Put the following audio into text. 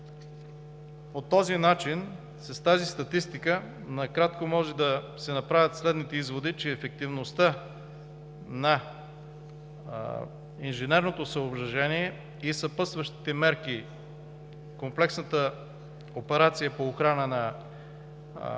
По този начин, с тази статистика накратко могат да се направят следните изводи: ефективността на инженерното съоръжение и съпътстващите мерки в комплексната операция по охрана на южната ни